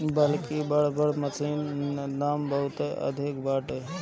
बाकि बड़ बड़ मशीन के दाम बहुते अधिका बाटे